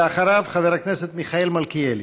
ואחריו, חבר הכנסת מיכאל מלכיאלי.